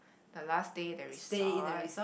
the last day the resort